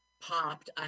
popped